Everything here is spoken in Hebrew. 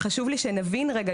וחשוב לי שנבין רגע,